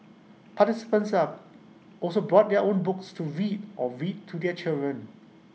participants are also brought their own books to read or read to their children